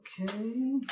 Okay